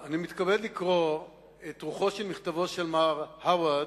אני מתכבד לקרוא את רוחו של מכתבו של מר הווארד,